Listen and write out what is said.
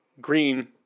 green